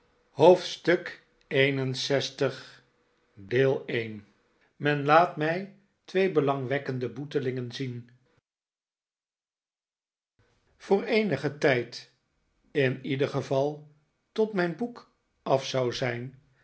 hoofdstuk lxi men laat mij twee belangwekkende boetelingen zien voor eenigen tijd in ieder geval tot mijn boek af zou zijn